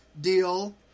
deal